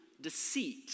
deceit